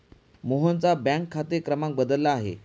मोहनचा बँक खाते क्रमांक बदलला आहे